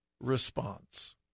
response